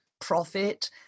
profit